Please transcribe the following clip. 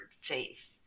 faith